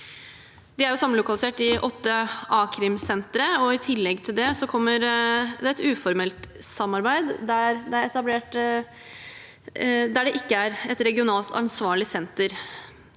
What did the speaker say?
De er samlokalisert i åtte a-krimsentre. I tillegg til det kommer det et uformelt samarbeid der det ikke er et regionalt ansvarlig senter.